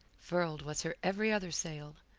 furled was her every other sail,